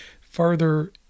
further